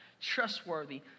trustworthy